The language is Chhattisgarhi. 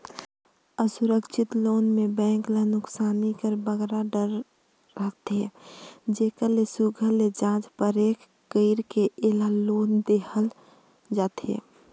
असुरक्छित लोन में बेंक ल नोसकानी कर बगरा डर रहथे जेकर ले सुग्घर ले जाँच परेख कइर के ए लोन देहल जाथे